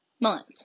month